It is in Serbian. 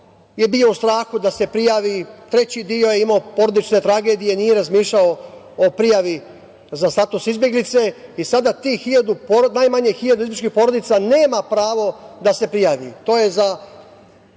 je bio u strahu da se prijavi, treći deo je imao porodične tragedije, nije razmišljao o prijavi za status izbeglice i sada tih najmanje 1.000 izbegličkih porodica nema pravo da se prijavi.